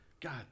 God